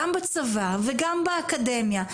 גם בצבא וגם באקדמיה,